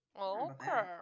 Okay